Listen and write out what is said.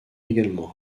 également